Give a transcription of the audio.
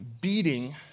beating